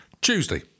Tuesday